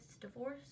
divorce